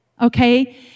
Okay